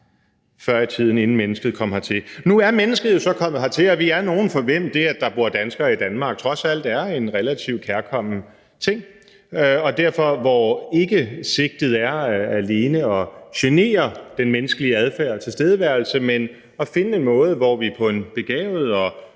før i tiden, inden mennesket kom hertil. Nu er mennesket jo så kommet hertil, og vi er nogle, for hvem det, at der bor danskere i Danmark, trods alt er en relativt kærkommen ting, og for hvem sigtet derfor ikke alene er at genere den menneskelig adfærd og tilstedeværelse, men at finde en måde, hvor vi på en begavet og